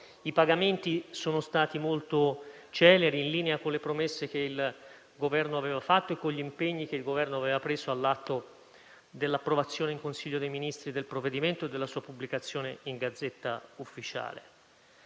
i pagamenti sono stati molto celeri, in linea con le promesse che il Governo aveva fatto e con gli impegni che aveva preso all'atto dell'approvazione in Consiglio dei ministri del provvedimento e della sua pubblicazione in *Gazzetta Ufficiale*.